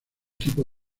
tipo